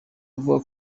avuga